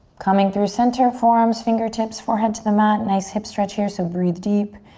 coming through center, forearms, fingertips, forehead to the mat, nice hip stretch here. so breathe deep,